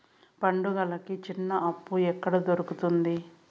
పండుగలకి చిన్న అప్పు ఎక్కడ దొరుకుతుంది